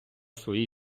своїй